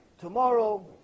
tomorrow